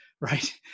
right